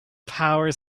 power